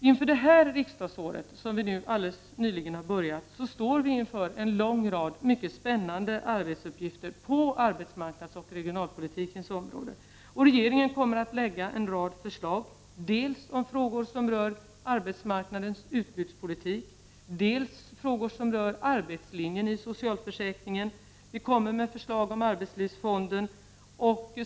Med det här riksdagsåret, som vi alldeles nyligen har börjat, står vi inför en lång rad mycket spännande arbetsuppgifter på arbetsmarknadsoch regionalpolitikens område. Regeringen kommer att lägga en rad förslag, dels om frågor som rör arbetsmarknadens utbudspolitik, dels frågor som rör arbetslinjen i socialförsäkringen. Vi kommer med förslag om arbetslivsfonden.